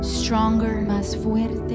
stronger